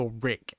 rick